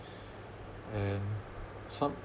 and some